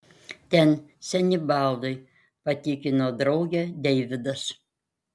ten seni baldai patikino draugę deividas